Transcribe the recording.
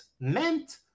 meant